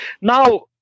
Now